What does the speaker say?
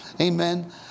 Amen